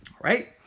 right